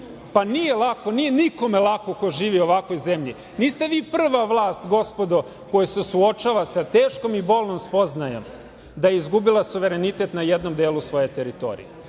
Pa, nije lako, nije nikome lako ko živi u ovakvoj zemlji. Niste vi prva vlast, gospodo, koja se suočava sa teškom i bolnom spoznajom da je izgubila suverenitet na jednom delu svoje teritorije,